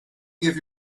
give